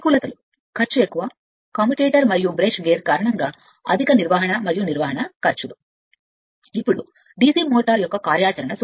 ప్రతికూలతలు కమ్యుటేటర్ మరియు brush gear కారణంగా ఖర్చు ఎక్కువ అధిక నిర్వహణ మరియు నిర్వహణ ఖర్చులు ఇప్పుడు DC మోటార్ యొక్క సూత్రం కార్యాచరణ